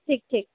ठीक ठीक